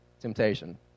temptation